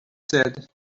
said